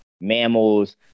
mammals